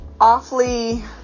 awfully